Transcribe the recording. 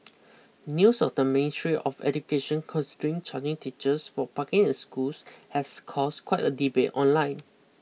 News of the Ministry of Education considering charging teachers for parking in schools has caused quite a debate online